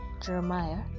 Jeremiah